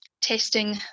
testing